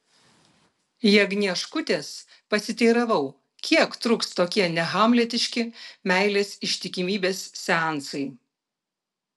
jagnieškutės pasiteiravau kiek truks tokie nehamletiški meilės ištikimybės seansai